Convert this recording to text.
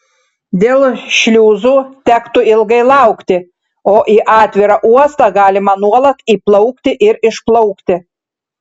dėl šliuzų tektų ilgai laukti o į atvirą uostą galima nuolat įplaukti ir išplaukti